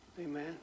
amen